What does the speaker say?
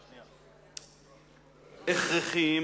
והכרחיים.